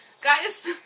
Guys